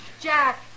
Jack